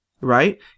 right